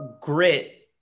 grit